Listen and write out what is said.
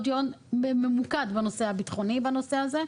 דיון ממוקד בנושא הביטחוני בנושא הזה,